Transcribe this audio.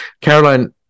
Caroline